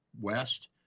west